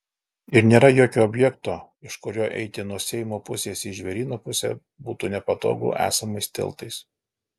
ir nėra jokio objekto iš kurio eiti nuo seimo pusės į žvėryno pusę būtų nepatogu esamais tiltais